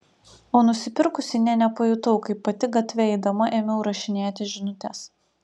o nusipirkusi nė nepajutau kaip pati gatve eidama ėmiau rašinėti žinutes